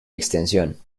extensión